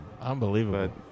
unbelievable